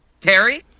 terry